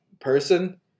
person